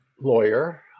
lawyer